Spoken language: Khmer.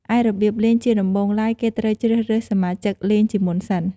ឯរបៀបលេង ជាដំបូងឡើយ គេត្រូវជ្រើសរើសសមាជិកលេងជាមុនសិន។